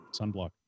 sunblock